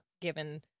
given